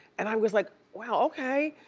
and i was like, wow okay.